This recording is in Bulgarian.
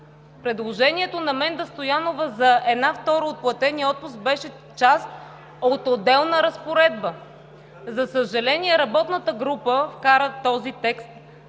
предложението на Менда Стоянова за една втора от платения отпуск беше част от отделна разпоредба. За съжаление, работната група вкара този текст